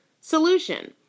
solution